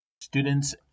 Students